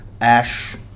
Ash